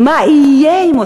למה הם צריכים רווחה במקום,